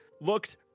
looked